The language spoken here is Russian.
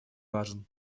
важен